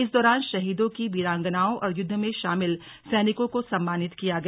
इस दौरान शहीदों की वीरांगनाओं और युद्ध में शामिल सैनिकों को सम्मानित किया गया